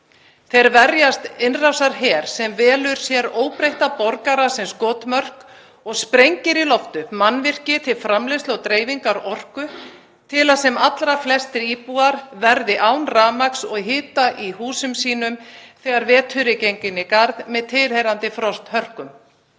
Þeir verjast innrásarher sem velur sér óbreytta borgara sem skotmörk og sprengir í loft upp mannvirki til framleiðslu og dreifingar orku til að sem allra flestir íbúar verði án rafmagns og hita í húsum sínum þegar vetur er genginn í garð með tilheyrandi frosthörkum.